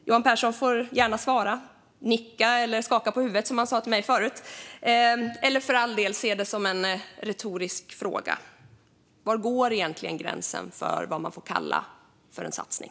Johan Pehrson får gärna svara, nicka eller skaka på huvudet, som han sa till mig förut, eller se det som en retorisk fråga: Var går egentligen gränsen för vad man få kalla för en satsning?